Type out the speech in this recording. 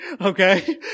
Okay